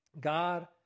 God